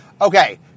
Okay